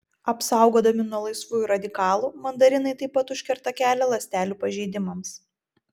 apsaugodami nuo laisvųjų radikalų mandarinai taip pat užkerta kelią ląstelių pažeidimams